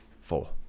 four